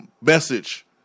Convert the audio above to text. message